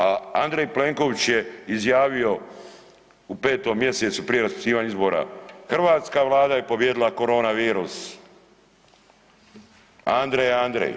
A Andrej Plenković je izjavio u petom mjesecu prije raspisivanja izbora hrvatska Vlada je pobijedila korona virus, Andrej, Andrej.